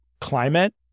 climate